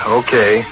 okay